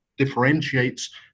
differentiates